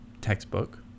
textbook